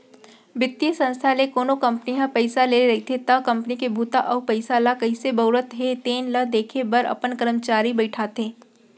बित्तीय संस्था ले कोनो कंपनी ह पइसा ले रहिथे त कंपनी के बूता अउ पइसा ल कइसे बउरत हे तेन ल देखे बर अपन करमचारी बइठाथे